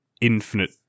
infinite